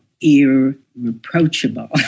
irreproachable